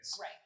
right